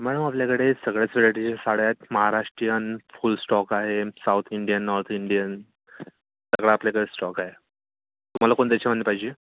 madam आपल्याकडे सगळ्याच व्हरायटीच्या साड्या आहेत महाराष्ट्रीयन फुल स्टॉक आहे साऊथ इंडियन नॉर्थ इंडियन सगळा आपल्याकडे स्टॉक आहे तुम्हाला कोणत्या याच्यामधली पाहिजे